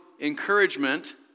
encouragement